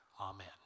Amen